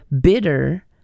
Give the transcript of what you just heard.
bitter